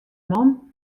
man